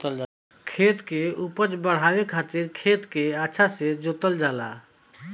खेत के उपज बढ़ावे खातिर खेत के अच्छा से जोतल जाला